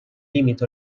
límit